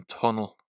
tunnel